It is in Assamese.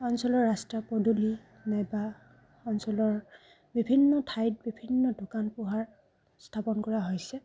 অঞ্চলৰ ৰাস্তা পদূলি নাইবা অঞ্চলৰ বিভিন্ন ঠাইত বিভিন্ন দোকান পোহাৰ স্থাপন কৰা হৈছে